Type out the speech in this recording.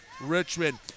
Richmond